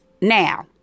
now